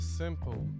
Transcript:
simple